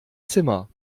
zimmer